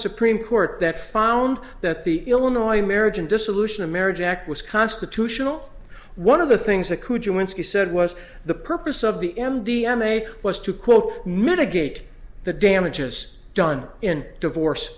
supreme court that found that the illinois marriage and dissolution of marriage act was constitutional one of the things that could humans he said was the purpose of the m d m a was to quote mitigate the damages done in divorce